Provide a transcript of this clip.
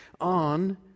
on